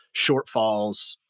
shortfalls